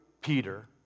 Peter